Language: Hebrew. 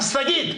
אז תגיד.